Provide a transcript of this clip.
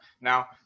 Now